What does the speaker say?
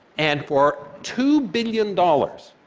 and for two billion dollars,